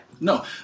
No